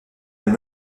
elle